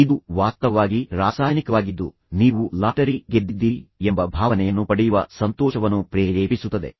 ಇದು ವಾಸ್ತವವಾಗಿ ರಾಸಾಯನಿಕವಾಗಿದ್ದು ನೀವು ಲಾಟರಿ ಗೆದ್ದಿದ್ದೀರಿ ಎಂಬ ಭಾವನೆಯನ್ನು ಪಡೆಯುವ ಸಂತೋಷವನ್ನು ಪ್ರೇರೇಪಿಸುತ್ತದೆ